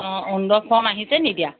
অঁ অৰুণোদয় ফৰ্ম আহিছে নেকি এতিয়া